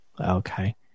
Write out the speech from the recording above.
Okay